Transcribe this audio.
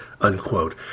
unquote